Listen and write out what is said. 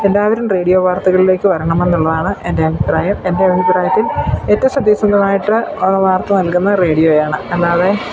എല്ലാവരും റേിഡിയോ വാർത്തകളിലേക്ക് വരണമെന്നുള്ളതാണ് എൻ്റെ അഭിപ്രായം എൻ്റെ അഭിപ്രായത്തിൽ ഏറ്റവും സത്യസന്ധമായിട്ട് വാർത്ത നൽകുന്നത് റേഡിയോയാണ് അല്ലാതെ